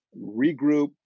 regroup